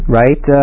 right